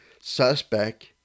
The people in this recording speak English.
suspect